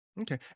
Okay